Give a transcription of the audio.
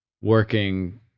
working